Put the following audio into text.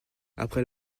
après